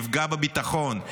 יפגע בביטחון,